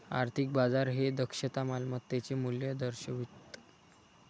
आर्थिक बाजार हे दक्षता मालमत्तेचे मूल्य दर्शवितं